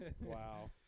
Wow